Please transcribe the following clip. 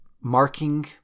marking